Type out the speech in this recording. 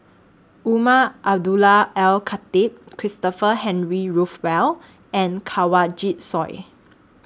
Umar Abdullah Al Khatib Christopher Henry Rothwell and Kanwaljit Soin